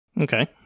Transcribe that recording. Okay